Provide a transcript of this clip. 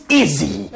easy